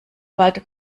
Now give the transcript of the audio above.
wald